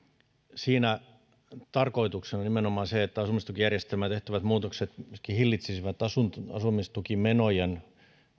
on tarkoituksena nimenomaan se että asumistukijärjestelmään tehtävät muutokset myöskin hillitsisivät asumistukimenojen